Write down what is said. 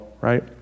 right